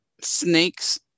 snakes